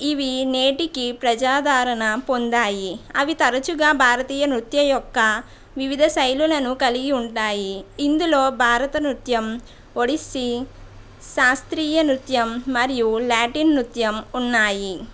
ఇవి నేటికి ప్రజాధారణ పొందాయి అవి తరచుగా భారతీయ నృత్యం యొక్క వివిధ శైలులను కలిగి ఉంటాయి ఇందులో భారత నృత్యం ఒడిస్సీ శాస్త్రీయ నృత్యం మరియు లాటిన్ నృత్యం ఉన్నాయి